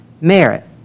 merit